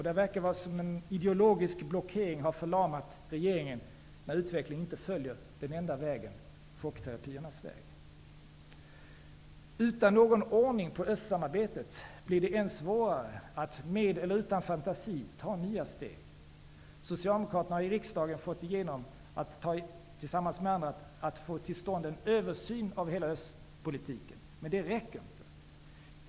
Det verkar som om en ideologisk blockering har förlamat regeringen när utvecklingen inte följer den enda vägen -- Utan någon ordning på östsamarbetet blir det än svårare att med eller utan fantasi ta nya steg. Socialdemokraterna har i riksdagen tillsammans med andra fått igenom kravet på att en översyn av hela östpolitiken kommer till stånd, men det räcker inte.